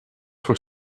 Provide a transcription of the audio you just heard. voor